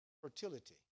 Fertility